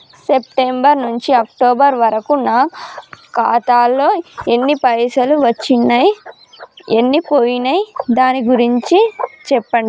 September నుంచి October వరకు నా ఖాతాలో ఎన్ని పైసలు వచ్చినయ్ ఎన్ని పోయినయ్ దాని గురించి చెప్పండి?